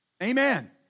Amen